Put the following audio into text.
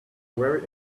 very